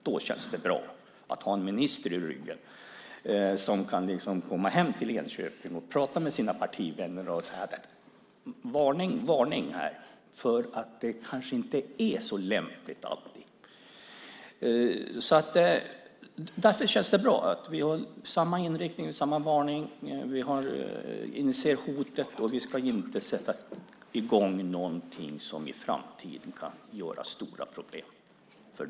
Då känns det bra att ha en minister i ryggen som kan komma hem till Enköping och prata med sina partivänner: Varning, varning för att allt kanske inte är så lämpligt. Det känns bra att vi har samma inriktning, samma varning. Vi inser hotet, och vi ska inte sätta i gång någonting som i framtiden kan ge stora problem.